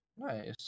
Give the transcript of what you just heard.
Nice